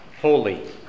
holy